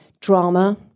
drama